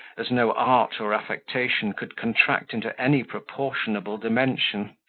as no art or affectation could contract into any proportionable dimension